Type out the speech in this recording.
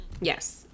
Yes